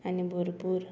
आनी भरपूर